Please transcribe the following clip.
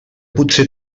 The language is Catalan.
potser